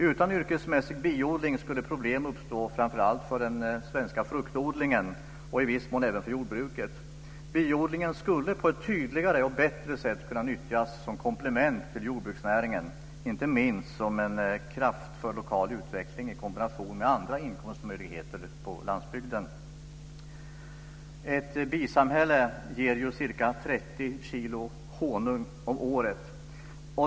Utan yrkesmässig biodling skulle problem uppstå framför allt för den svenska fruktodlingen, och i viss mån även för jordbruket. Biodlingen skulle på ett tydligare och bättre sätt kunna nyttjas som komplement till jordbruksnäringen - inte minst som en kraft för lokal utveckling i kombination med andra inkomstmöjligheter på landsbygden. Ett bisamhälle ger ca 30 kg honung om året.